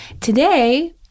Today